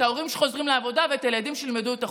את ההורים שחוזרים לעבודה ואת הילדים שילמדו את החומר,